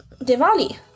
Diwali